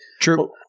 True